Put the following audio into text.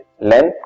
length